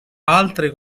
altre